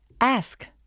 ask